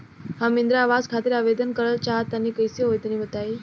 हम इंद्रा आवास खातिर आवेदन करल चाह तनि कइसे होई तनि बताई?